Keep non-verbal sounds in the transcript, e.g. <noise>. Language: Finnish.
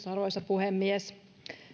<unintelligible> arvoisa puhemies